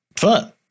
fun